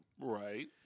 Right